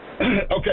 Okay